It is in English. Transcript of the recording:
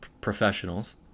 professionals